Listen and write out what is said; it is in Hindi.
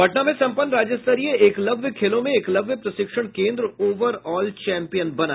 पटना में संपन्न राज्य स्तरीय एकलव्य खेलों में एकलव्य प्रशिक्षण केन्द्र ओवर ऑल चैम्पियन बना